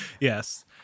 yes